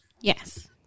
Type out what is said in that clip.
Yes